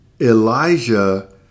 Elijah